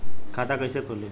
खाता कइसे खुली?